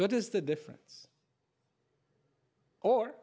what is the difference or